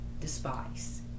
despise